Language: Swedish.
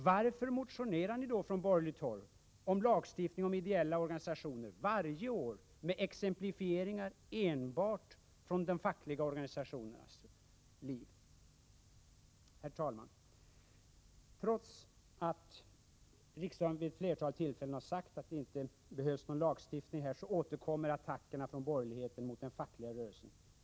Varför motionerar man då från borgerligt håll om lagstiftning om ideella organisationer varje år med exemplifieringar enbart från de fackliga organisationernas verksamhet? Herr talman! Trots att riksdagen vid ett flertal tillfällen har sagt att det inte behövs lagstiftning här, återkommer attackerna från borgerligheten mot den fackliga rörelsen.